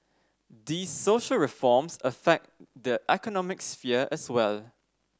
these social reforms affect the economic sphere as well